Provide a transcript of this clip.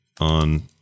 on